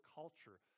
culture